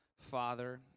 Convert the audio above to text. father